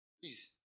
Please